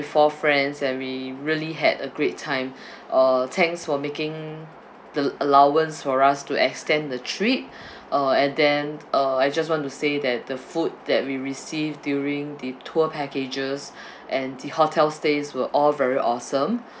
with four friends and we really had a great time uh thanks for making the allowance for us to extend the trip uh and then uh I just want to say that the food that we received during the tour packages and the hotel stays were all very awesome